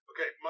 Okay